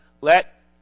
let